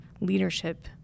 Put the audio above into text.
leadership